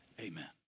Amen